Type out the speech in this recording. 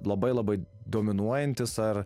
labai labai dominuojantis ar